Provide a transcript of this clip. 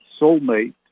soulmate